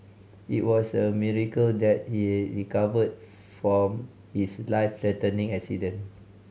it was a miracle that he recovered from his life threatening accident